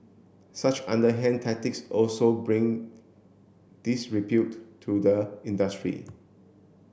such underhand tactics also bring disrepute to the industry